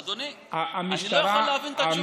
אדוני, אני לא יכול להבין את התשובה.